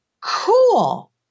cool